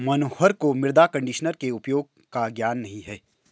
मनोहर को मृदा कंडीशनर के उपयोग का ज्ञान नहीं है